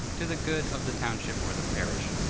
to the good of the township or the parish.